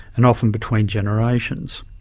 and often between generations.